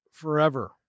forever